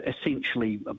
essentially